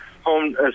home